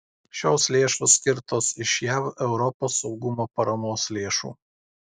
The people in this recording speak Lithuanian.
šios lėšos skirtos iš jav europos saugumo paramos lėšų